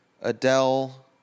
Adele